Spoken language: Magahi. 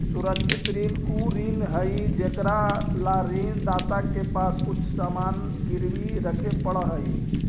सुरक्षित ऋण उ ऋण हइ जेकरा ला ऋण दाता के पास कुछ सामान गिरवी रखे पड़ऽ हइ